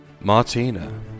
Martina